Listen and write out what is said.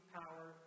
power